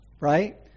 right